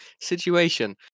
situation